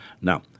Now